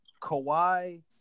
Kawhi –